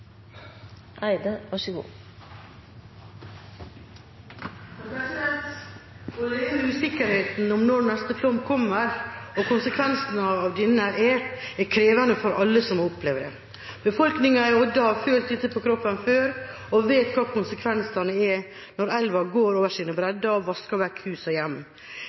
flom kommer og konsekvensene av den, er krevende for alle som opplever det. Befolkningen i Odda har følt dette på kroppen før og vet hva konsekvensene er når elva går over sine bredder og vasker vekk hus og hjem.